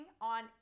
on